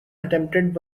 attempted